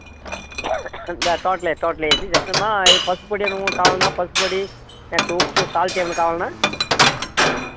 total టోటలేసి ఇక పసుపు పొడి ఏమన్నా కావాలా పసుపు పొడి లేకపోతే ఉప్పు సాల్ట్ ఏమన్నా కావాలా